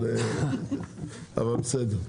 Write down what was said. אבל בסדר.